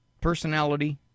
personality